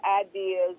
ideas